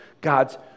God's